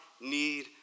need